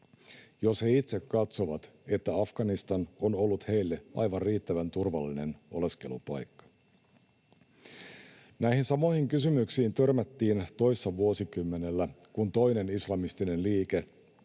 jos he itse katsovat, että Afganistan on ollut heille aivan riittävän turvallinen oleskelupaikka? Näihin samoihin kysymyksiin törmättiin toissa vuosikymmenellä, kun toinen islamistinen liike,